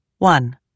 One